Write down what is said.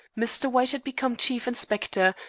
mr. white had become chief inspector,